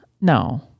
no